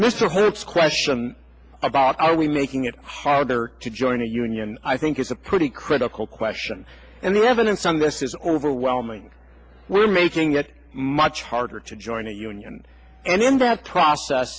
mr hope's question about are we making it harder to join a union i think it's a pretty critical question and the evidence on this is overwhelming we're making it much harder to join a union and indeed have process